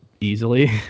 easily